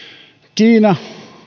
kiina